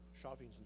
shopping